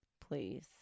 please